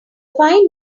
fine